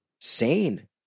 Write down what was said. sane